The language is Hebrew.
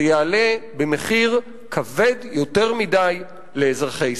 זה יעלה במחיר כבד יותר מדי לאזרחי ישראל.